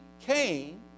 Cain